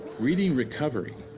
reading recovery,